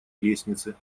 лестнице